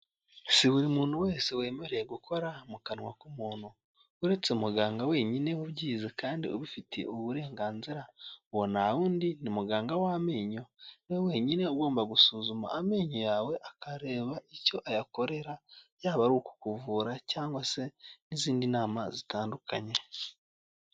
Si buri muntu wese wemerewe gukora mu kanwa k'umuntu uretse muganga wenyine ubyize kandi ubifitiye uburenganzira ngo ntawundi ni muganga w'amenyo niwe wenyine ugomba gusuzuma amenyo yawe akareba icyo ayakorera yaba ari ukukuvura cyangwa se n'izindi nama zitandukanye.